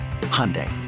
Hyundai